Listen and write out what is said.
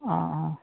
অঁ অঁ